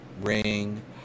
Ring